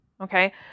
Okay